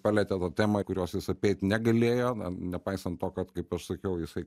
palietė tą temą kurios jis apeit negalėjo nepaisant to kad kaip aš sakiau jisai